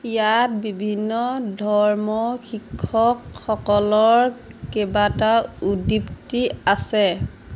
ইয়াত বিভিন্ন ধৰ্মৰ শিক্ষকসকলৰ কেইবাটাও উদিপ্তি আছে